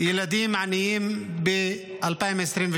ילדים עניים ב-2023.